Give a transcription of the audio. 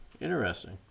Interesting